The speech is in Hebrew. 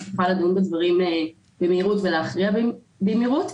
שיכולה לדון בדברים במהירות ולהכריע בהם במהירות.